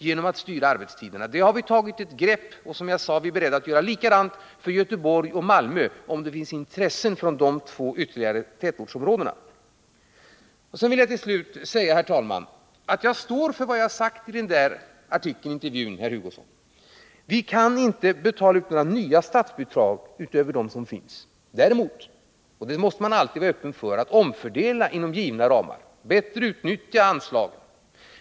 Vi måste alltså styra arbetstiderna. Här har vi tagit ett grepp, och vi är, som sagt, beredda att göra likadant när det gäller Göteborg och Malmö, om det finns intresse inom dessa två tätortsområden. Till slut vill jag säga att jag står för vad jag sade i den där intervjun, herr Hugosson. Vi kan inte betala ut några nya statsbidrag utöver dem som redan finns. Däremot, det skall man alltid vara öppen för, måste man kunna omfördela inom de givna ramarna och bättre utnyttja anslagen.